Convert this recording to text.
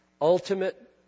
ultimate